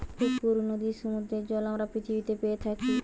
পুকুর, নদীর, সমুদ্রের জল আমরা পৃথিবীতে পেয়ে থাকি